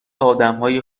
آدمهای